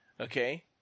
Okay